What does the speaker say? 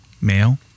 male